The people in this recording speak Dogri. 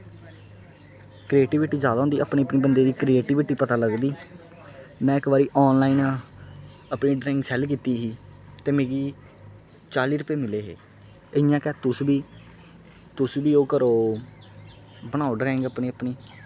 करेटीविटी ज्यादा होंदी अपनी अपनी बंदे दी करेटीविटी पता लगदी में इक बारी आनलाइन अपनी ड्रांइग च सेल कीती ही ते मिगी चाली रपेऽ मिले हे ते इ'यां गै तुस बी तुस बी ओह् करो बनाओ ड्रांइग अपनी अपनी